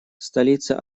столица